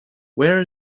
where